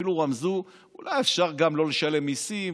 אפילו רמזו: אולי אפשר גם לא לשלם מיסים,